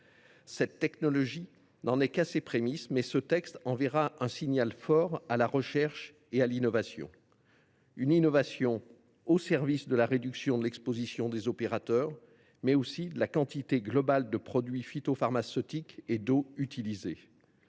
Cette technologie n’en est qu’à ses prémices, mais ce texte enverra un signal fort à la recherche et à l’innovation. D’abord, l’innovation est ainsi mise au service de la réduction non seulement de l’exposition des opérateurs, mais aussi de la quantité globale de produits phytopharmaceutiques et d’eau utilisés.